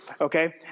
okay